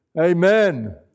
Amen